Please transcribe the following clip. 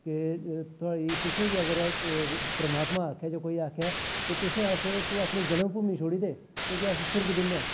ते थुआढ़ी तुसें गी अगर परमात्मा आक्खै कोई आक्खै कि तुसें अस तू अपनी जन्मभूमि छुड़ी दे तुगी अस सुर्ग दिन्ने आं